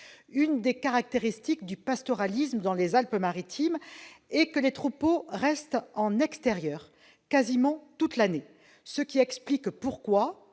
Une des caractéristiques du pastoralisme dans les Alpes-Maritimes est que les troupeaux restent en extérieur quasiment toute l'année, ce qui explique la raison